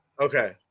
Okay